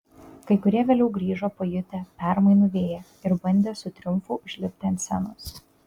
kai kurie vėliau grįžo pajutę permainų vėją ir bandė su triumfu užlipti ant scenos